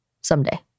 someday